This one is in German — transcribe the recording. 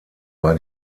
war